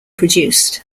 produced